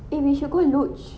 eh we should go luge